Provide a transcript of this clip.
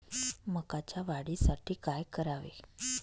मकाच्या वाढीसाठी काय करावे?